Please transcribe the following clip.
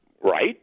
right